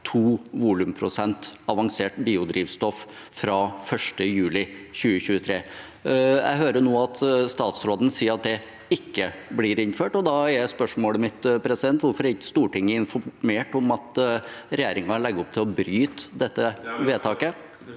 2 volumprosent avansert biodrivstoff fra 1. juli 2023. Jeg hører nå at statsråden sier at det ikke blir innført, og da er spørsmålet mitt: Hvorfor er ikke Stortinget informert om at regjeringen legger opp til å bryte med dette vedtaket?